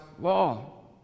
law